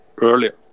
earlier